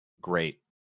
Great